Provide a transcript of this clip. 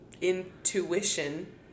intuition